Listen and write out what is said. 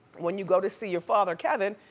when you go to see your father, kevin,